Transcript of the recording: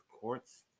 courts